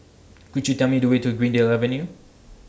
Could YOU Tell Me The Way to Greendale Avenue